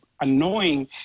annoying